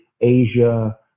Asia